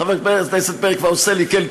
חבר הכנסת פרי כבר עושה לי כן,